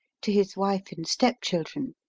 to his wife and step-children.